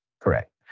correct